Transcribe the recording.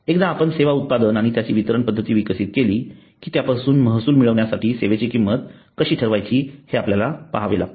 एकदा आपण सेवा उत्पादन आणि त्याची वितरण पद्धती विकसित केली की त्यापासून महसूल मिळवण्यासाठी सेवेची किंमत कशी ठरवायची हे आपल्याला ठरवावे लागते